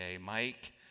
Mike